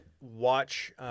watch